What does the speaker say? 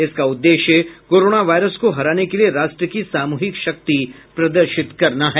इसका उद्देश्य corona virus को हराने के लिए राष्ट्र की सामूहिक शक्ति प्रदर्शित करना है